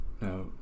Now